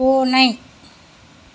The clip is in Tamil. பூனை